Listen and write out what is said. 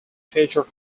future